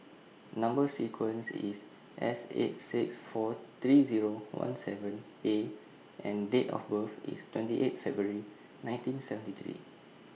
Number sequence IS S eight six four three Zero one seven A and Date of birth IS twenty eight February nineteen seventy three